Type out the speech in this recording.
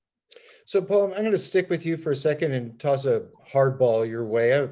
so paul, i'm i'm going to stick with you for a second and toss a hardball your way. ah